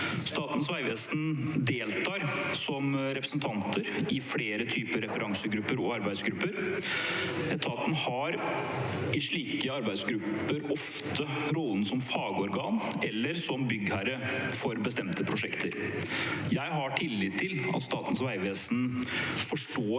Statens vegvesen deltar som representanter i flere typer referansegrupper og arbeidsgrupper. Etaten har i slike grupper ofte rollen som fagorgan eller som byggherre for et bestemt prosjekt. Jeg har tillit til at Statens vegvesen forstår